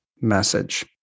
message